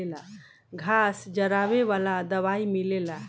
घास जरावे वाला दवाई मिलेला